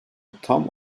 tam